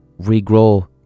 regrow